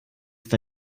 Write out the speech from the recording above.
ist